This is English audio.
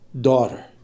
daughter